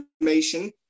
information